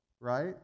right